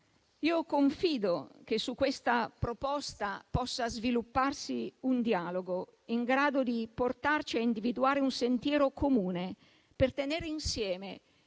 io confido che su questa proposta possa svilupparsi un dialogo in grado di portarci a individuare un sentiero comune, per tenere insieme